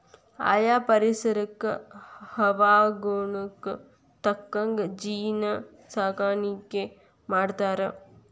ಆಯಾ ಪರಿಸರಕ್ಕ ಹವಾಗುಣಕ್ಕ ತಕ್ಕಂಗ ಜೇನ ಸಾಕಾಣಿಕಿ ಮಾಡ್ತಾರ